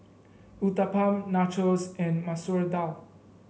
Uthapam Nachos and Masoor Dal